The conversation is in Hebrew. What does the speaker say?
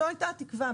זו הייתה התקווה,